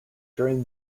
during